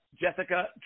Jessica